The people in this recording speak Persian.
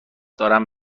دارن